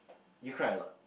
you cry a lot